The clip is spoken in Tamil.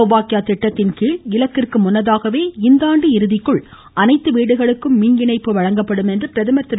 சௌபாக்கியா திட்டத்தின் கீழ் இலக்கிற்கு முன்னதாகவே இந்தாண்டு இறுதிக்குள் அனைத்து வீடுகளுக்கும் மின் இணைப்பு வழங்கப்படும் என்று பிரதமர் திரு